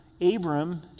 Abram